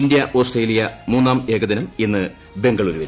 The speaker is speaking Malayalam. ഇന്തൃ ഓസ്ട്രേലിയ മൂന്നാം ഏകദിനം ഇന്ന് ബംഗളൂരുവിൽ